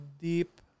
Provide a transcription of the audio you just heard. deep